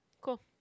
Cool